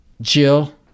Jill